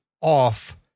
off